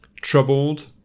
troubled